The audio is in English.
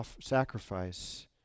sacrifice